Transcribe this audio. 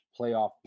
playoff